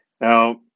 Now